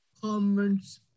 comments